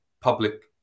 public